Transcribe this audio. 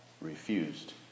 refused